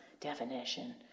definition